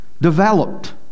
developed